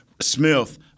Smith